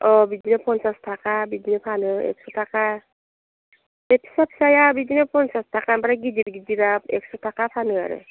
औ बिदिनो फनसास थाखा बिदिनो फानो एकस' थाखा बे फिसा फिसाया बिदिनो फनसास थाखा ओमफ्राय गिदिर गिदिरा एकस' थाखा फानो आरो